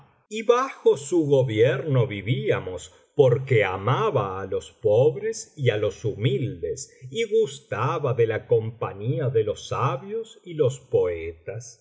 valenciana historia del jorobado víamos porque amaba á los pobres y á los humildes y gustaba de la compañía de los sabios y los poetas